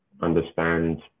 understand